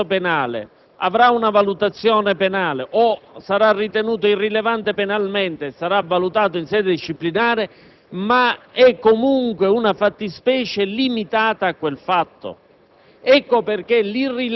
Si parte dal processo penale, avrà una valutazione penale o sarà ritenuto irrilevante penalmente e sarà valutato in sede disciplinare, ma è comunque una fattispecie limitata a quel fatto.